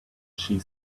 she